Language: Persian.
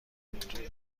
بود